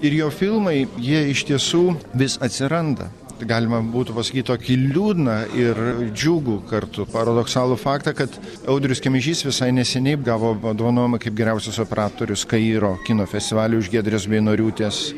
ir jo filmai jie iš tiesų vis atsiranda galima būtų pasakyt tokį liūdną ir džiugų kartu paradoksalų faktą kad audrius kemežys visai neseniai gavo apdovanojimą kaip geriausias operatorius kairo kino festivalyje už giedrės beinoriūtės